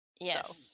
Yes